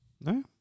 No